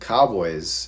Cowboys